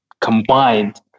combined